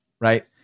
right